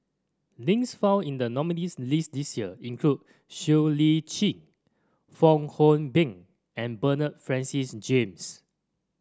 names found in the nominees' list this year include Siow Lee Chin Fong Hoe Beng and Bernard Francis James